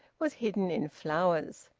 was hidden in flowers.